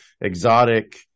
exotic